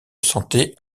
sentait